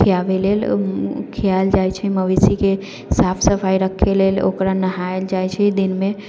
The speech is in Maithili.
खीयाबे लेल खीयाल जाइ छै मवेशीके साफ सफाइ रखै लेल ओकरा नहायल जाइ छै दिनमे